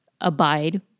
abide